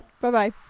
Bye-bye